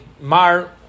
Mar